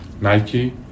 nike